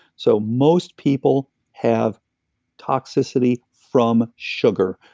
so most people have toxicity from sugar.